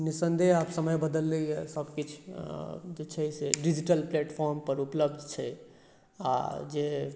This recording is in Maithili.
निःसन्देह आब समय बदललै है सभ किछु जे छै से डिजिटल प्लेटफॉर्म पर उपलब्ध छै आ जे